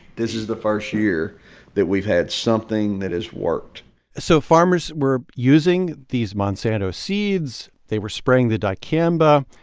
this is the first year that we've had something that has worked so farmers were using these monsanto seeds. they were spraying the dicamba.